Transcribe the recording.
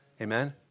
Amen